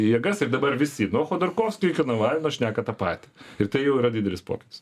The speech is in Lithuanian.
jėgas ir dabar visi nuo chodorkovskio iki navalno šneka tą patį ir tai jau yra didelis pokytis